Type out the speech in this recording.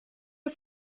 wir